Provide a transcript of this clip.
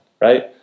right